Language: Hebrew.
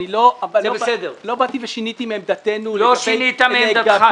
לא באתי ושיניתי מעמדתנו -- לא שינית מעמדתך,